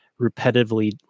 repetitively